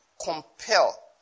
compel